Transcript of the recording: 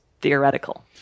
theoretical